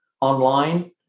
online